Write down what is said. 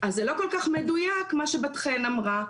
אז זה לא כל כך מדויק מה שבת חן אמרה,